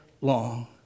long